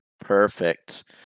Perfect